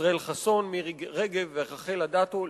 ישראל חסון, מירי רגב ורחל אדטו.